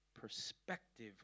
perspective